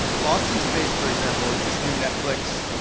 lost in space for example is this new netflix